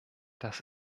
das